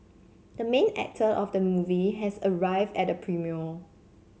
the main actor of the movie has arrived at the premiere